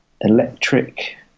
electric